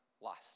life